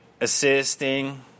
assisting